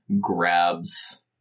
grabs